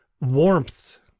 warmth